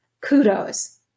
kudos